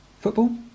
football